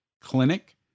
clinic